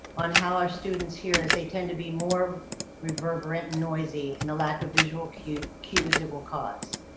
on how our students hear as they tend to be more reverberant and noisy, and the lack of visual cues cues it will cause.